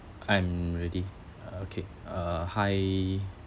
I'm already uh okay uh hi